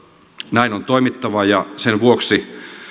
näin on toimittava ja sen vuoksi